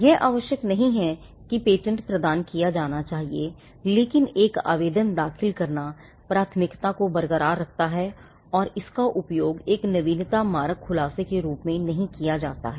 यह आवश्यक नहीं है कि पेटेंट प्रदान किया जाना चाहिए लेकिन एक आवेदन दाखिल करना प्राथमिकता को बरकरार रखता है और इसका उपयोग एक नवीनता मारक खुलासे के रूप में नहीं किया जा सकता है